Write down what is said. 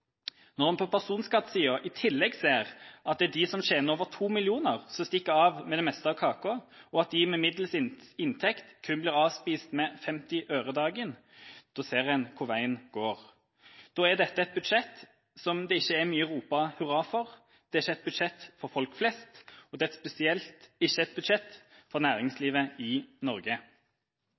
Når man på personskattesida i tillegg ser at det er dem som tjener over 2 mill. kr som stikker av med det meste av kaka, og at de med middels inntekt kun blir avspist med 50 øre dagen, ser man hvor veien går. Da er dette et budsjett som ikke er mye å rope hurra for, det er ikke et budsjett for folk flest, og det er spesielt ikke et budsjett for næringslivet i Norge.